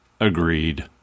Agreed